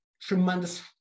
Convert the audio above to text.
tremendous